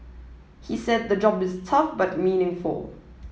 he said the job is tough but meaningful